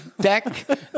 deck